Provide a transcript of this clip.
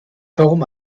form